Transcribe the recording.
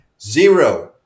Zero